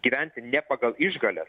gyventi ne pagal išgales